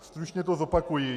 Stručně to zopakuji.